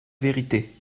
vérité